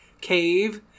cave